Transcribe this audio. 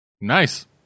Nice